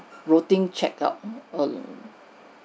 routine check out err